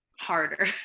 harder